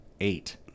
Eight